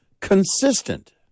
consistent